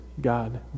God